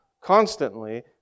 constantly